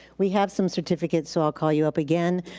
we have some certificates, so i'll call you up again.